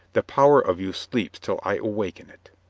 the power of you sleeps till i waken it.